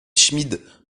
schmid